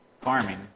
farming